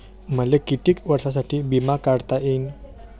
मले कितीक वर्षासाठी बिमा काढता येईन?